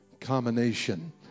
combination